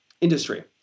industry